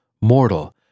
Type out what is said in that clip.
mortal